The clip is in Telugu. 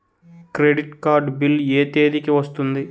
క్రెడిట్ కార్డ్ బిల్ ఎ తేదీ కి వస్తుంది?